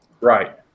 right